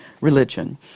religion